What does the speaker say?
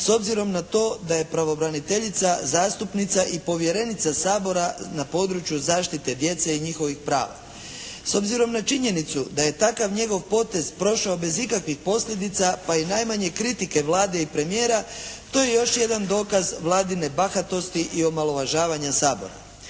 s obzirom na to da je pravobraniteljica zastupnica i povjerenica Sabora na području zaštite djece i njihovih prava. S obzirom na činjenicu da je takav njegov potez prošao bez ikakvih posljedica pa i najmanje kritike Vlade i premijera to je još jedan dokaz Vladine bahatosti i omalovažavanja Sabora.